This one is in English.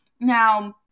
Now